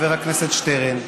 חבר הכנסת שטרן,